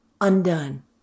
undone